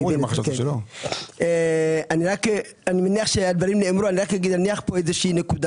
רק אניח נקודה